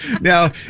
Now